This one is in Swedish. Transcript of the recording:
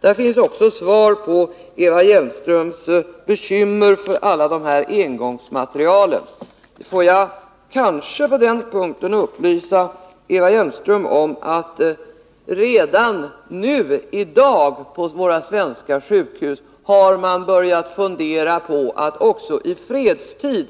Där finns också svar på Eva Hjelmströms bekymmer för all engångsmateriel. Får jag kanske på den punkten upplysa Eva Hjelmström om att redan i dag har man på svenska sjukhus att också i fredstid